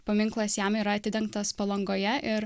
paminklas jam yra atidengtas palangoje ir